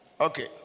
Okay